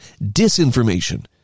disinformation